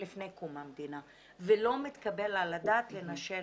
לפני קום המדינה ולא מתקבל על הדעת לנשל מהם.